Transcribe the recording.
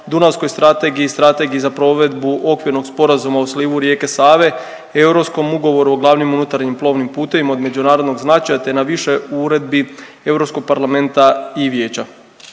Dunavskoj strategiji, Strategiji za provedbu okvirnog sporazuma u slivu rijeke Save, Europskom ugovoru o glavnim unutarnjim plovnim putevima od međunarodnog značaja te na više uredbi EU Parlamenta